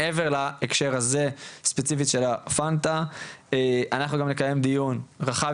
מעבר להקשר הזה ספציפית של ה- FENTA. אנחנו גם נקיים דיון רחב